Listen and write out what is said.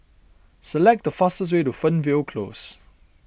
select the fastest way to Fernvale Close